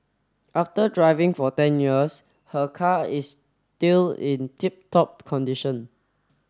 after driving for ten years her car is still in tip top condition